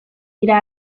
dira